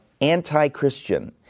anti-Christian